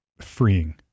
freeing